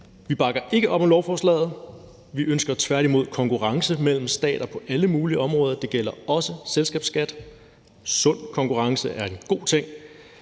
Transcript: Vi bakker ikke op om lovforslaget. Vi ønsker tværtimod konkurrence mellem stater på alle mulige områder, og det gælder også selskabsskat. Sund konkurrence er en god ting.